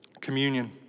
Communion